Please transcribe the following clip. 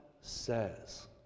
says